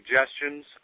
suggestions